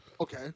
Okay